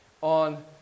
on